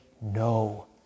no